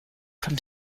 from